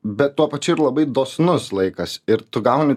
bet tuo pačiu ir labai dosnus laikas ir tu gauni